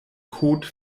code